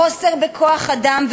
חוסר בכוח-אדם,